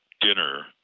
dinner